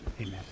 Amen